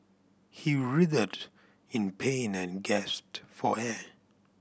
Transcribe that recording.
he writhed in pain and gasped for air